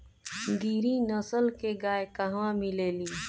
गिरी नस्ल के गाय कहवा मिले लि?